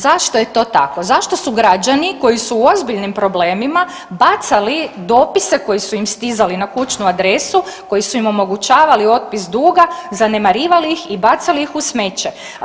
Zašto je to tako, zašto su građani koji su u ozbiljnim problemima bacali dopise koji su im stizali na kućnu adresu koji su im omogućavali otpis duga, zanemarivali ih i bacali ih u smeće?